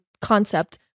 concept